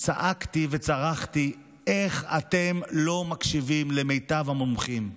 צעקתי וצרחתי: איך אתם לא מקשיבים למיטב המומחים?